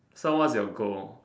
so what's your goal